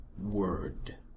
word